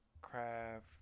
craft